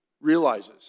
realizes